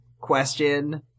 question